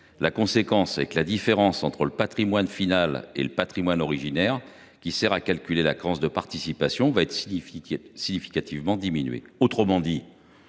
En conséquence, la différence entre le patrimoine final et le patrimoine originaire, qui sert à calculer la créance de participation, serait significativement diminuée. Autrement dit,